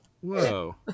whoa